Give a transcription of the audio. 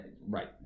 Right